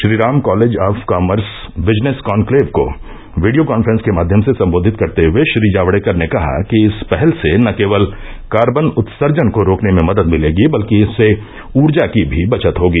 Shriram college of commerce business conclave को video conference के माध्यम से संबोधित करते हए श्री जावड़ेकर ने कहा कि इस पहल से न केवल कार्बन उत्सर्जन को रोकने में मदद मिलेगी बल्कि इससे ऊर्जा की भी बचत होगी